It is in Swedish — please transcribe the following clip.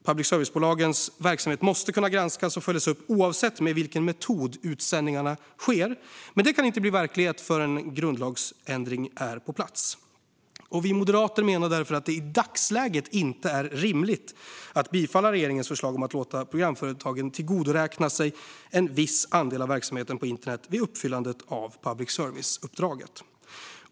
Public service-bolagens verksamhet måste kunna granskas och följas upp oavsett med vilken metod utsändningarna sker. Men det kan inte bli verklighet förrän en grundlagsändring är på plats. Vi moderater menar därför att det i dagsläget inte är rimligt att bifalla regeringens förslag om att låta programföretagen tillgodoräkna sig en viss andel av verksamheten på internet vid uppfyllandet av public service-uppdraget.